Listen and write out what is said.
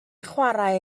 chwarae